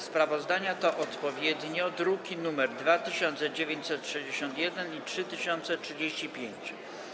Sprawozdania to odpowiednio druki nr 2961 i 3035.